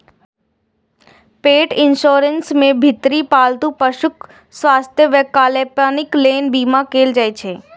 पेट इंश्योरेंस मे विभिन्न पालतू पशुक स्वास्थ्य आ कल्याणक लेल बीमा कैल जाइ छै